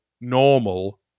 normal